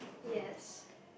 yes